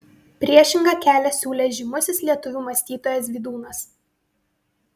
priešingą kelią siūlė žymusis lietuvių mąstytojas vydūnas